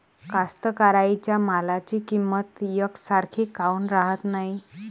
कास्तकाराइच्या मालाची किंमत यकसारखी काऊन राहत नाई?